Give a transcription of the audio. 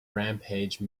rampage